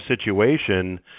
situation